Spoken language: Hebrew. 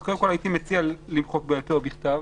אז קודם כול הייתי מציע למחוק "בעל פה או בכתב",